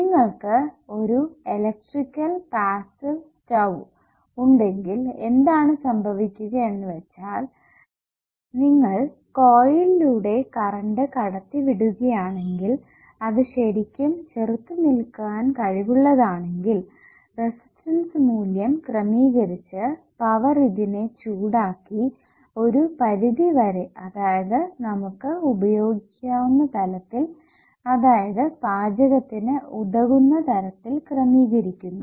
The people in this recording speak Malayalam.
നിങ്ങൾക്ക് ഒരു ഇലക്ട്രിക്കൽ സ്റ്റവ് ഉണ്ടെങ്കിൽ എന്താണ് സംഭവിക്കുക എന്ന് വെച്ചാൽ നിങ്ങൾ കോയിലിലൂടെ കറണ്ട് കടത്തി വിടുകയാണെങ്കിൽ അത് ശെരിക്കും ചെറുത്തു നിൽക്കുവാൻ കഴിവുള്ളതാണെങ്കിൽ റെസിസ്റ്റൻസ് മൂല്യം ക്രമീകരിച്ചു പവർ ഇതിനെ ചൂടാക്കി ഒരു പരിധി വരെ അതായത് നമുക്ക് ഉപയോഗിക്കാവുന്ന തലത്തിൽ അതായതു പാചകത്തിന് ഉതകുന്ന തരത്തിൽ ക്രമീകരിക്കുന്നു